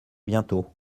bientôt